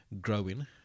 growing